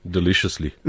Deliciously